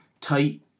tight